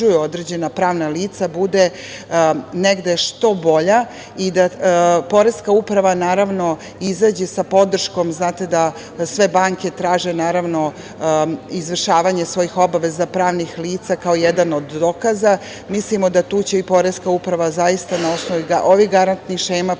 određena pravna lica bude negde što bolja i da Poreska uprava izađe sa podrškom. Znate da sve banke traže izvršavanje svojih obaveza pravnih lica kao jedan od dokaza. Mislimo da tu će i poreska uprava zaista, na osnovu ovih garantnih šema, pokazati